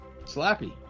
Slappy